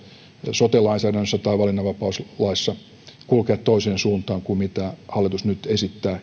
sote lainsäädännössä tai valinnanvapauslaissa kulkea joskus myöhemmin toiseen suuntaan kuin hallitus nyt esittää